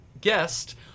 guest